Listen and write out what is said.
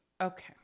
Okay